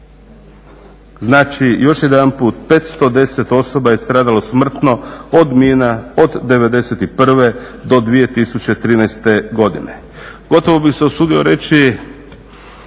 Znači još jedanput, 510 osoba je stradalo smrtno od mina od '91. do 2013. godine. Gotovo bih se usudio reći